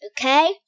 Okay